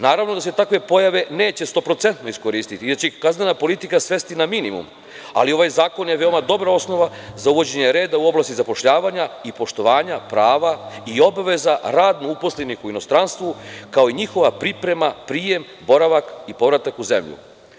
Naravno da se takve pojave neće stoprocentno iskoristiti, jer će ih kaznena politika svesti na minimum, ali ovaj zakon je veoma dobra osnova za uvođenje reda u oblasti zapošljavanja i poštovanja prava i obaveza radno uposlenih u inostranstvu, kao i njihova priprema, prijem, boravak i povratak u zemlju.